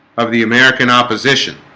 of the american opposition